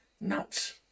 nuts